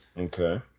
Okay